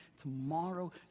tomorrow